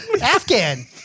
Afghan